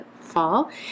fall